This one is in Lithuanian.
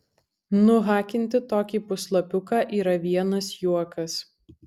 nuhakinti tokį puslapiuką yra vienas juokas